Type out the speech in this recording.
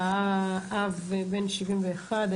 האב בן 71,